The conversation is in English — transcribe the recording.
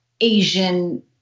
Asian